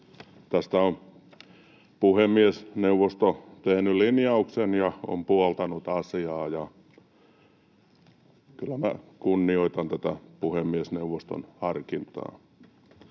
Tästä on puhemiesneuvosto tehnyt linjauksen ja puoltanut asiaa, ja kyllä minä kunnioitan tätä puhemiesneuvoston harkintaa.